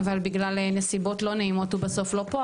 אבל בגלל נסיבות לא נעימות הוא בסוף לא פה,